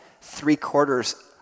three-quarters